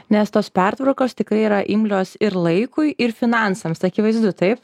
nes tos pertvarkos tikrai yra imlios ir laikui ir finansams akivaizdu taip